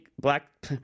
black